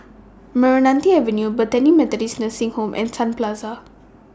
Meranti Avenue Bethany Methodist Nursing Home and Sun Plaza